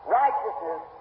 righteousness